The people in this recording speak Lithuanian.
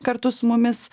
kartu su mumis